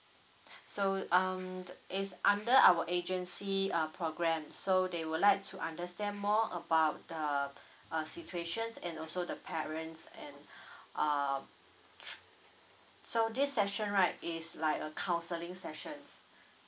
so um its under our agency uh program so they would like to understand more about the uh situations and also the parents and uh so this section right is like a counseling sessions